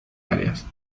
áreas